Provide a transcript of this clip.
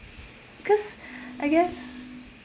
cause I guess